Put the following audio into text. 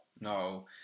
No